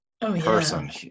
person